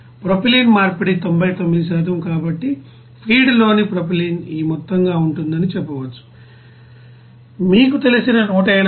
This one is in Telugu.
ప్రొపైలిన్ మార్పిడి 99 కాబట్టి ఫీడ్లోని ప్రొపైలిన్ ఈ మొత్తంగా ఉంటుందని చెప్పవచ్చు మీకు తెలిసిన 184